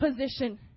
position